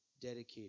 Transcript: dedicated